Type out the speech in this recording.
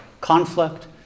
conflict